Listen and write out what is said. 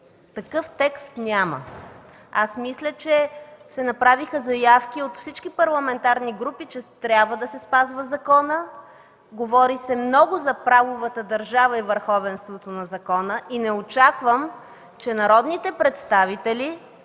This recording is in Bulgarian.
такъв текст няма. Аз мисля, че се направиха заявки от всички парламентарни групи, че трябва да се спазва закона. Говори се много за правовата държава и върховенството на закона и не очаквам, че народните представители